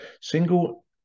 single